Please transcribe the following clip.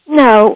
no